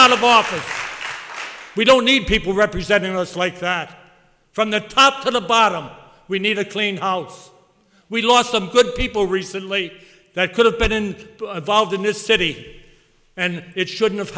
out of office we don't need people representing us like that from the top to the bottom we need a clean house we lost some good people recently that could have been involved in this city and it shouldn't have